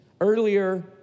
Earlier